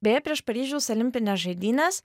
beje prieš paryžiaus olimpines žaidynes